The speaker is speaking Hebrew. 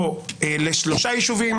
או לשלושה יישובים,